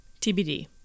TBD